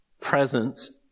presence